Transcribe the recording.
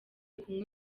kunywa